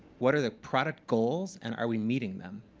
what are the product goals and are we meeting them?